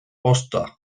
ozta